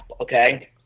okay